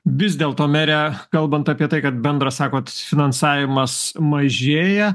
vis dėlto mere kalbant apie tai kad bendras sakot finansavimas mažėja